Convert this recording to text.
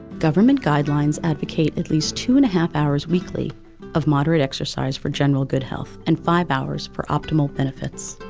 government guidelines advocate at least two and half hours weekly of moderate exercise for general good health, and five hours for optimal benefits.